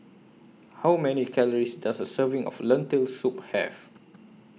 How Many Calories Does A Serving of Lentil Soup Have